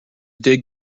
dig